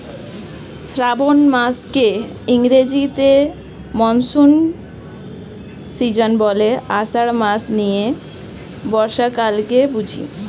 শ্রাবন মাসকে ইংরেজিতে monsoon season বলে, আষাঢ় মাস নিয়ে বর্ষাকালকে বুঝি